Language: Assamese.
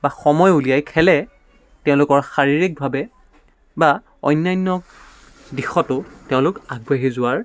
বা সময় উলিয়াই খেলে তেওঁলোকৰ শাৰীৰিকভাৱে বা অন্যান্য দিশতো তেওঁলোক আগবাঢ়ি যোৱাৰ